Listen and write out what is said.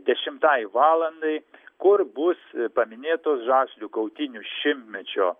dešimtai valandai kur bus paminėtos žaslių kautynių šimtmečio